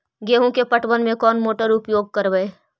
गेंहू के पटवन में कौन मोटर उपयोग करवय?